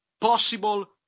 possible